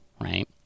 right